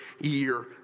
year